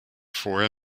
vorher